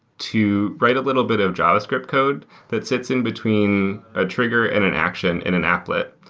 to write a little bit of javascript code that sits in between a trigger and an action and an applet.